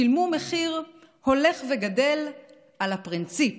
ושילמו מחיר הולך וגדל על הפרינציפ